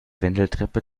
wendeltreppe